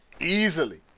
Easily